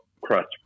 crust